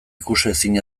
ikusezin